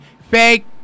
fake